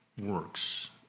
works